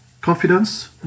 confidence